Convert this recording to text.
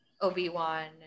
obi-wan